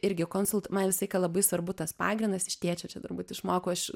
irgi konsult man vis aiką labai svarbu tas pagrindas iš tėčio čia turbūt išmokau aš